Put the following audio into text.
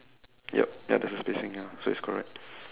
yup ya there's a spacing ya so it's correct